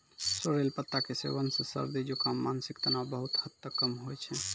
sorrel पत्ता के सेवन सॅ सर्दी, जुकाम, मानसिक तनाव बहुत हद तक कम होय छै